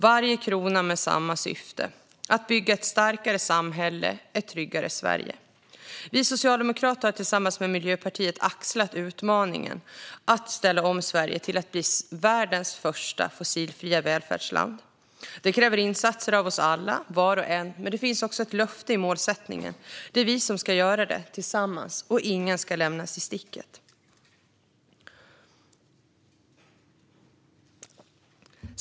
Varje krona har samma syfte: att bygga ett starkare samhälle, ett tryggare Sverige. Vi socialdemokrater har tillsammans med Miljöpartiet axlat utmaningen att ställa om Sverige till att bli världens första fossilfria välfärdsland. Det kräver insatser av oss alla, var och en. Men det finns också ett löfte i målsättningen. Det är vi som ska göra det tillsammans, och ingen ska lämnas i sticket.